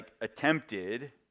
attempted